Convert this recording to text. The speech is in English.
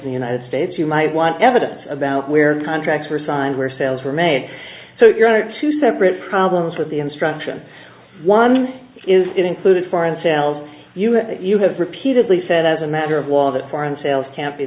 in the united states you might want evidence about where contracts were signed where sales were made so your are two separate problems with the instruction one is included foreign sales you have repeatedly said as a matter of law that foreign sales ca